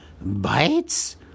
bites